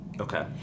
Okay